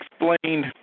explained –